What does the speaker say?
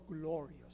glorious